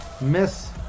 miss